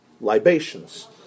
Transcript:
libations